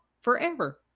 forever